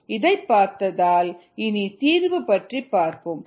இதைப் பார்த்ததால் இனி தீர்வு பற்றிப் பார்ப்போம்